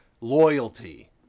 loyalty